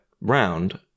round